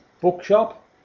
bookshop